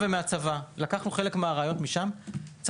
לקחנו חלק מהרעיון משם, מהמשטרה ומהצבא.